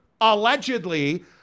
allegedly